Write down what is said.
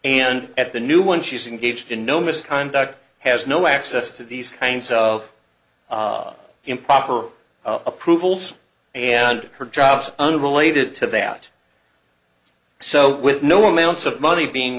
and at the new one she's engaged in no misconduct has no access to these kinds of improper approvals and her jobs unrelated to that so with no amounts of money being